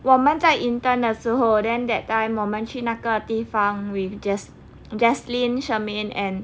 我们在 intern 的时候 then that time 我们去那个地方 with jess jaslyn charmaine and